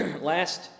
last